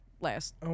last